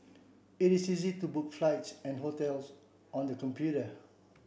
it is easy to book flights and hotels on the computer